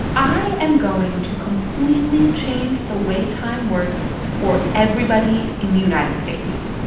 i am going to completely change the way time works for everybody in the united states.